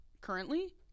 currently